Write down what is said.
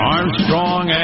Armstrong